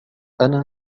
أنا